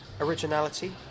Originality